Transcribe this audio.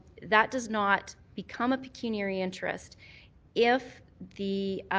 that does not become a pecuniary interest if the